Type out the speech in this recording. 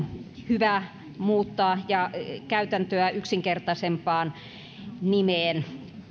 hyvä muuttaa käytäntöä yksinkertaisempaan nimeen